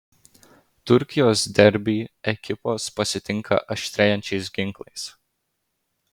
turkijos derbį ekipos pasitinka aštrėjančiais ginklais